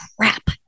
crap